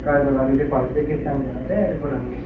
तुजें कॉलिफिकेशन जें आसा तें ऍड करून घे